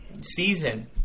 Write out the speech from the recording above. season